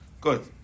Good